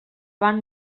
van